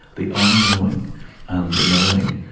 the unknowing and the knowing,